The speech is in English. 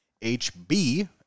HB